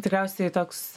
tikriausiai toks